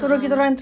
a'ah